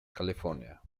california